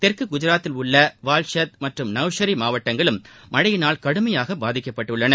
தெற்கு குஜராத்தில் உள்ள வால்ஷத் மற்றும் நௌஷரி மாவட்டங்களும் மழையினால் கடுமையாக பாதிக்கப்பட்டுள்ளன